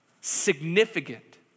significant